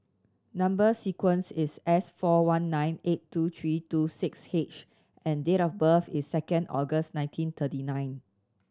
number sequence is S four one nine eight two three two six H and date of birth is second August nineteen thirty nine